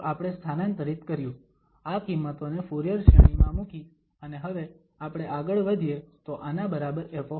તો આપણે સ્થાનાંતરીત કર્યું આ કિંમતોને ફુરીયર શ્રેણી માં મૂકી અને હવે આપણે આગળ વધીએ તો આના બરાબર ƒ